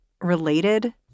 related